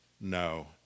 no